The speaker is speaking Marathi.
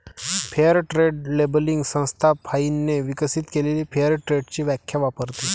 फेअर ट्रेड लेबलिंग संस्था फाइनने विकसित केलेली फेअर ट्रेडची व्याख्या वापरते